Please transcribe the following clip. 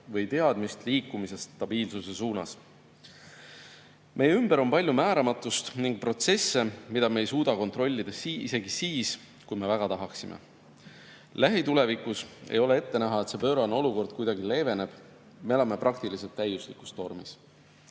või teadmist liikumisest stabiilsuse suunas. Meie ümber on palju määramatust ning protsesse, mida me ei suuda kontrollida isegi siis, kui me väga tahaksime. Lähitulevikus ei ole ette näha, et see pöörane olukord kuidagi leeveneks. Me elame praktiliselt täiuslikus tormis: